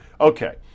Okay